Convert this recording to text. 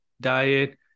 diet